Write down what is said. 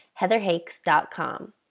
heatherhakes.com